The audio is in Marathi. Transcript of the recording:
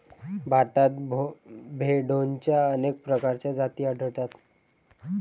भारतात भेडोंच्या अनेक प्रकारच्या जाती आढळतात